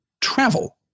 travel